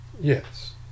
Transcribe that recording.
yes